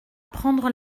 prendre